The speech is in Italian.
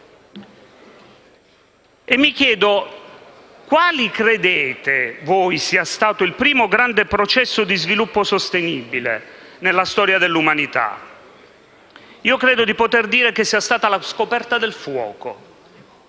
Mi chiedo: quale credete voi sia stato il primo grande processo di sviluppo sostenibile nella storia dell'umanità? Credo di poter dire che sia stata la scoperta del fuoco.